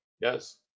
Yes